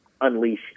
unleash